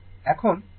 এখন RThevenin 40 Ω